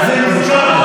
בשביל זה צריך פסיכולוג.